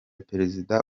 perezida